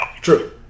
True